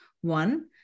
One